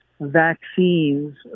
vaccines